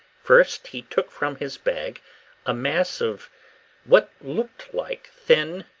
first he took from his bag a mass of what looked like thin,